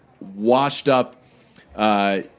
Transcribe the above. washed-up